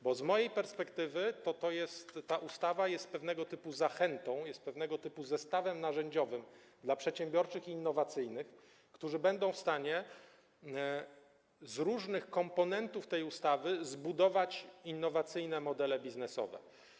Bo z mojej perspektywy ta ustawa jest pewnego typu zachętą, jest pewnego typu zestawem narzędziowym dla przedsiębiorczych i innowacyjnych, którzy będą w stanie z różnych komponentów tej ustawy zbudować innowacyjne modele biznesowe.